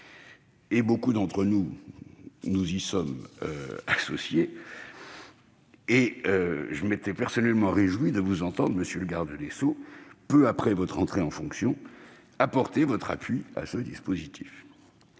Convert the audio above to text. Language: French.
Beaucoup d'entre nous s'y étaient associés et je m'étais personnellement réjoui de vous entendre, monsieur le garde des sceaux, peu après votre entrée en fonction, apporter votre appui à ce dispositif.